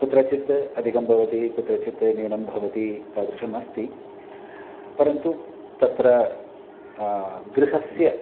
कुत्रचित् अधिकं भवति कुत्रचित् न्यूनं भवति तादृशमस्ति परन्तु तत्र गृहस्य